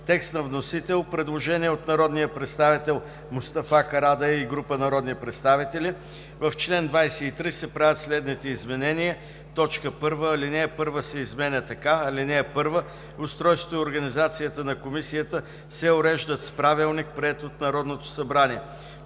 текст на вносител. Има предложение от народния представител Мустафа Карадайъ и група народни представители. „В чл. 23 се правят следните изменения: 1. Алинея 1 се изменя така: „(1) Устройството и организацията на Комисията се уреждат с правилник, приет от Народното събрание.“